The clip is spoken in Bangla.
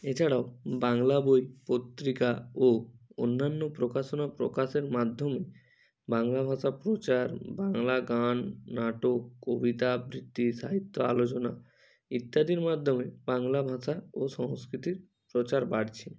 এছাড়াও বাংলা বই পত্রিকা ও অন্যান্য প্রকাশনা প্রকাশের মাধ্যমে বাংলা ভাষা প্রচার বাংলা গান নাটক কবিতা আবৃত্তি সাহিত্য আলোচনা ইত্যাদির মাধ্যমে বাংলা ভাষা ও সংস্কৃতির প্রচার বাড়ছে